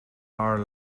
are